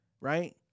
right